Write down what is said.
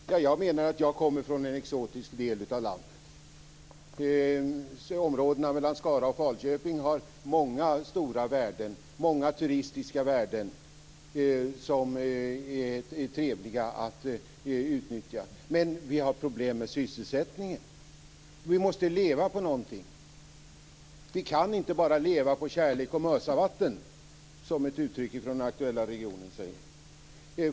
Fru talman! Jag menar att jag kommer från en exotisk del av landet. Områdena mellan Skara och Falköping har många stora turistiska värden som är trevliga att utnyttja. Men vi har problem med sysselsättningen, och vi måste leva på någonting. Vi kan inte bara leva på kärlek och mossavatten, som ett uttryck från den aktuella regionen säger.